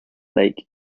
lake